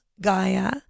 Gaia